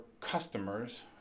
customers